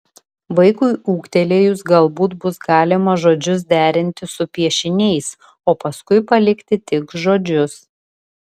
vaikui ūgtelėjus galbūt bus galima žodžius derinti su piešiniais o paskui palikti tik žodžius